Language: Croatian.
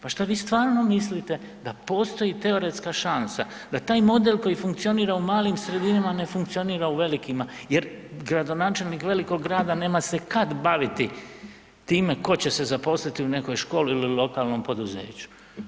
Pa šta vi stvarno mislite da postoji teoretska šansa da taj model koji funkcionira u malim sredinama ne funkcionira u velikima jer gradonačelnik velikog grada nema se kad baviti time tko će se zaposliti u nekoj školi ili lokalnom poduzeću.